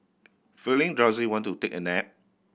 feeling drowsy want to take a nap